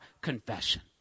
confession